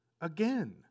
again